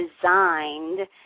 designed